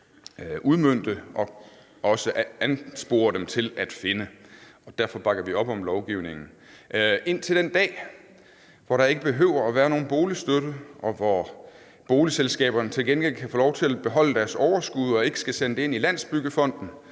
og anspore dem til at finde. Derfor bakker vi op om lovgivningen indtil den dag, hvor der ikke behøver at være nogen boligstøtte, og hvor boligselskaberne til gengæld kan få lov til at beholde deres overskud og ikke skal sende det ind i Landsbyggefonden